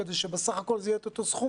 כדי שבסך הכול זה יהיה אותו סכום